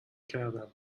کردم